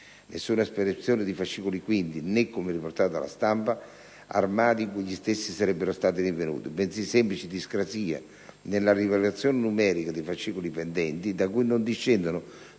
Nessuna sparizione di fascicoli, quindi, né - come riportato dalla stampa -armadi in cui gli stessi sarebbero stati rinvenuti, bensì semplici discrasie nella rilevazione numerica dei fascicoli pendenti, da cui non discendono